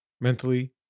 mentally